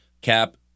Cap